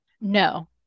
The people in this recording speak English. No